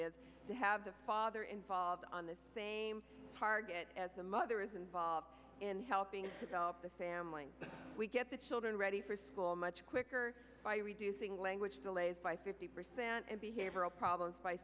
is to have the father involved on the same target as the mother is involved in helping develop the family we get the children ready for school much quicker by reducing language delays by fifty percent and behavioral problems by